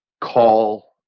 call